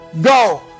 Go